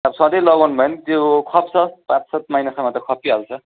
सधैँ लगाउनु भयो भने त्यो खप्छ पाँच सात महिनासम्म त खपिहाल्छ